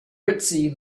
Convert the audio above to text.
ritzy